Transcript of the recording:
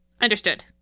Understood